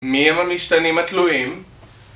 מי הם המשתנים התלויים?